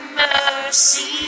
mercy